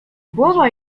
głowa